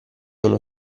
uno